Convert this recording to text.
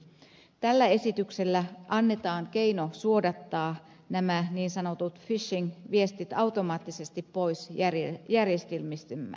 tällä esityksellä annetaan keino suodattaa nämä niin sanotut fishing viestit automaattisesti pois järjestelmistämme